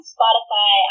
Spotify